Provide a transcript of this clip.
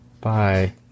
Bye